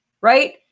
right